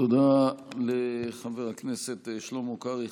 תודה לחבר הכנסת שלמה קרעי.